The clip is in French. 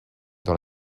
dans